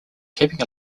keeping